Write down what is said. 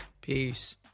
Peace